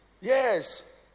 yes